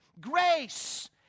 Grace